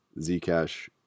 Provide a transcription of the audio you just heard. Zcash